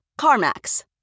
CarMax